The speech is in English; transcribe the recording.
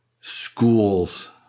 schools